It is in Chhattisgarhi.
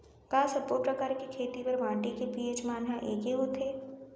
का सब्बो प्रकार के खेती बर माटी के पी.एच मान ह एकै होथे?